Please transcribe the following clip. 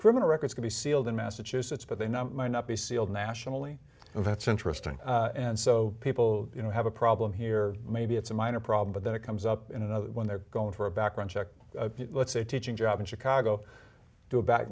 criminal records could be sealed in massachusetts but they now might not be sealed nationally and that's interesting and so people you know have a problem here maybe it's a minor problem but then it comes up in another when they're going for a background check let's say teaching job in chicago do a